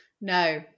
No